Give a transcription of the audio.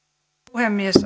puhemies